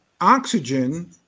oxygen